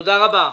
תודה רבה.